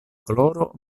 koloro